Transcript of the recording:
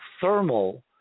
thermal